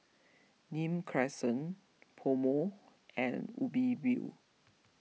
Nim Crescent PoMo and Ubi View